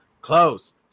close